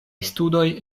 studoj